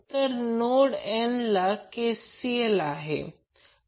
तर इथे मी कॅपिटल N समान गोष्ट लिहीली आहे